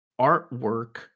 artwork